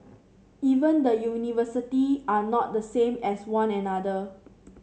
even the university are not the same as one another